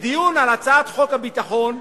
בדיון על הצעת חוק הביטחון,